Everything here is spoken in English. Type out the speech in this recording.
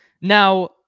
Now